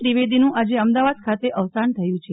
ત્રિવેદીનું આજે અમદાવાદ ખાતે અવસાન થયું છે